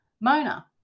Mona